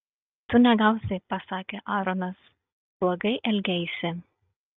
tu negausi pasakė aaronas blogai elgeisi